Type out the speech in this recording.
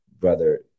brother